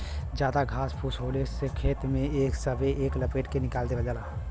जादा घास फूस होले पे खेत में एके सब लपेट के निकाल देवल जाला